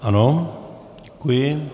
Ano, děkuji.